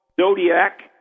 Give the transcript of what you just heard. zodiac